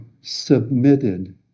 submitted